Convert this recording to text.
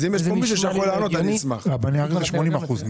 אני הולך לחתום על כך שמי שעובד יותר מקבל פחות,